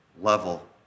level